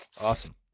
Awesome